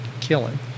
killing